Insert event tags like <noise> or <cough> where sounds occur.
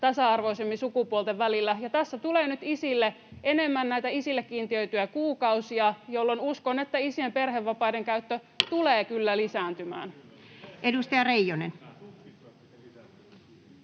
tasa-arvoisemmin sukupuolten välillä. Ja tässä tulee nyt isille enemmän näitä isille kiintiöityjä kuukausia, jolloin uskon, että isien perhevapaiden käyttö tulee <noise>